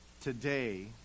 today